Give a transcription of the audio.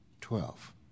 Twelve